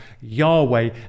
Yahweh